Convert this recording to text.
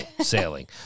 sailing